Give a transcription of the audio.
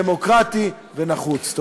דמוקרטי ונחוץ.